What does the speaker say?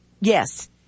Yes